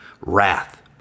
Wrath